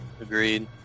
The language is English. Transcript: agreed